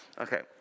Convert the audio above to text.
Okay